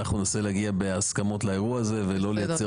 אנחנו ננסה להגיע בהסכמות לאירוע הזה ולא לייצר